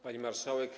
Pani Marszałek!